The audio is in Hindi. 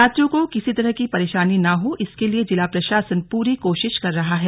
यात्रियों को किसी तरह की परेशानी न हो इसके लिए जिला प्रशासन पूरी कोशिश कर रहा है